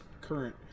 current